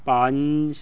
ਪੰਜ